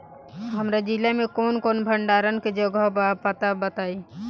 हमरा जिला मे कवन कवन भंडारन के जगहबा पता बताईं?